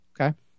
Okay